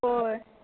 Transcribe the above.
हय